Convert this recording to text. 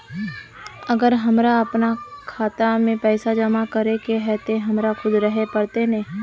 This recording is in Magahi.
अगर हमर अपना खाता में पैसा जमा करे के है ते हमरा खुद रहे पड़ते ने?